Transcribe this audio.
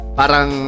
parang